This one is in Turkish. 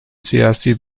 siyasi